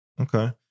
okay